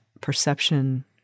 perception